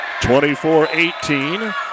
24-18